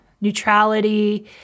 neutrality